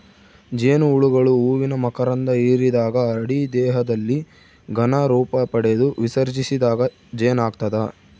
ಜೇನುಹುಳುಗಳು ಹೂವಿನ ಮಕರಂಧ ಹಿರಿದಾಗ ಅಡಿ ದೇಹದಲ್ಲಿ ಘನ ರೂಪಪಡೆದು ವಿಸರ್ಜಿಸಿದಾಗ ಜೇನಾಗ್ತದ